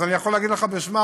אז אני יכול להגיד לך בשמם,